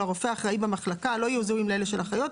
הרופא האחראי במחלקה לא יהיו זהים לאלה של אחיות,